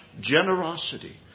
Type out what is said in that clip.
generosity